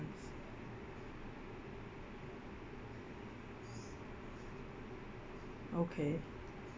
okay